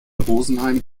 rosenheim